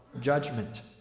judgment